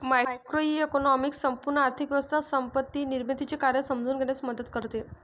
macroeconomics संपूर्ण आर्थिक व्यवस्था संपत्ती निर्मितीचे कार्य समजून घेण्यास मदत करते